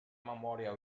memòria